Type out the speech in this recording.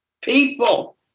people